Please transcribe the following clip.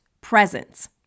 presence